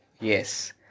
Yes